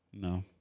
No